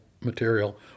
material